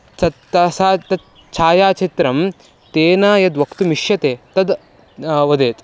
तत् तासां तत् छायाचित्रं तेन यद् वक्तुम् इष्यते तद् वदेत्